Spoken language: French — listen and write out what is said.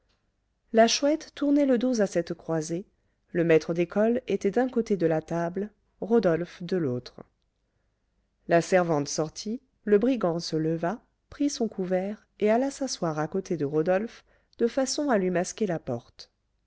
la chouette tournait le dos à cette croisée le maître d'école était d'un côté de la table rodolphe de l'autre la servante sortie le brigand se leva prit son couvert et alla s'asseoir à côté de rodolphe de façon à lui masquer la porte